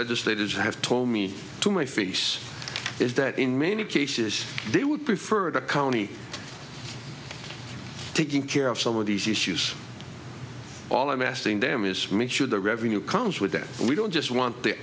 legislators have told me to my face is that in many cases they would prefer the county taking care of some of these issues all i'm asking them is make sure the revenue comes with it we don't just want the